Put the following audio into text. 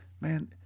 man